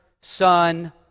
Son